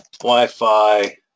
Wi-Fi